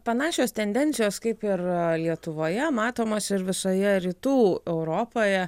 panašios tendencijos kaip ir lietuvoje matomos ir visoje rytų europoje